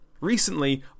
Recently